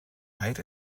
weit